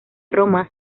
roma